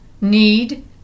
need